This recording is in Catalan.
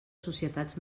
societats